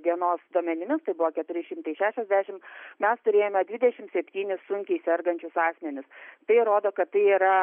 dienos duomenimis tai buvo keturi šimtai šešiasdešimt mes turėjome dvidešimt septynis sunkiai sergančius asmenis tai rodo kad tai yra